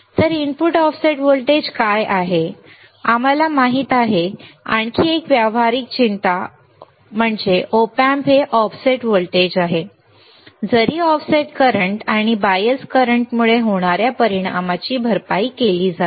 तर input offset voltage काय आहे आम्हाला आधीच माहित आहे आणखी एक व्यावहारिक चिंता Op Amp हे व्होल्टेज ऑफसेट आहे जरी ऑफसेट करंट आणि बायस करंटमुळे होणाऱ्या परिणामाची भरपाई केली जाते